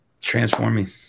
transforming